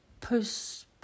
post